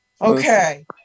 Okay